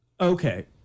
Okay